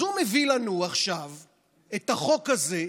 אז הוא מביא לנו עכשיו את החוק הזה,